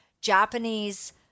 Japanese